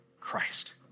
Christ